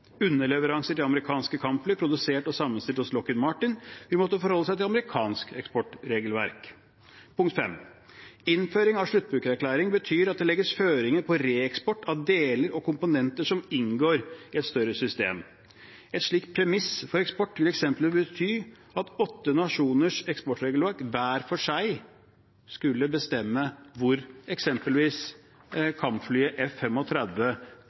Underleveranser til amerikanske kampfly som er produsert og sammenstilt hos Lockheed Martin, vil måtte forholde seg til amerikansk eksportregelverk. Punkt 5: Innføring av sluttbrukererklæring betyr at det legges føringer på reeksport av deler og komponenter som inngår i et større system. Et slikt premiss for eksport vil eksempelvis bety at åtte nasjoners eksportregelverk hver for seg skulle bestemme hvor eksempelvis